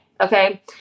Okay